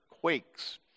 quakes